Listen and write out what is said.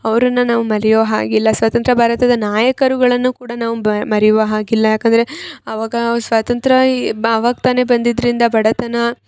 ಅವರನ್ನ ನಾವು ಮರೆಯೊ ಹಾಗಿಲ್ಲ ಸ್ವತಂತ್ರ ಭಾರತದ ನಾಯಕರುಗಳನ್ನು ಕೂಡ ನಾವು ಬ ಮರೆಯುವ ಹಾಗಿಲ್ಲ ಯಾಕಂದರೆ ಅವಾಗಾ ಸ್ವಾತಂತ್ರ್ಯ ಈ ಬ ಅವಾಗ ತಾನೆ ಬಂದಿದ್ರಿಂದ ಬಡತನ